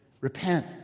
Repent